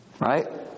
Right